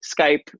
Skype